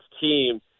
team